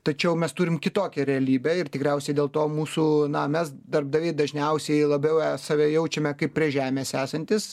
tačiau mes turim kitokią realybę ir tikriausiai dėl to mūsų na mes darbdaviai dažniausiai labiau save jaučiame kaip prie žemės esantys